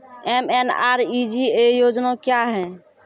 MNREGA योजना क्या हैं?